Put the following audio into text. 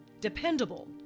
dependable